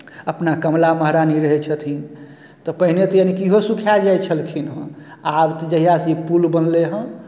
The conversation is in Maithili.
अपना कमला महरानी रहै छथिन तऽ पहिने तऽ यानिकि इहो सुखाए जाइ छलखिनहेँ आब तऽ जहियासँ ई पुल बनलै हँ